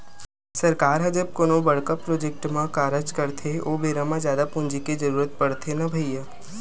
सरकार ह जब कोनो बड़का प्रोजेक्ट म कारज करथे ओ बेरा म जादा पूंजी के जरुरत पड़थे न भैइया